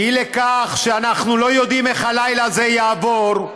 אי לכך שאנחנו לא יודעים איך הלילה הזה יעבור,